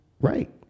Right